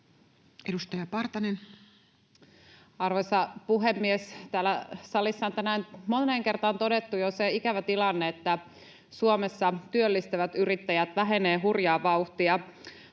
21:39 Content: Arvoisa puhemies! Täällä salissa on tänään jo moneen kertaan todettu se ikävä tilanne, että Suomessa työllistävät yrittäjät vähenevät hurjaa vauhtia.